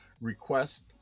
request